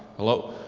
hello,